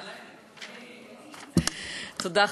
תודה,